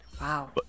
Wow